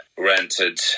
Rented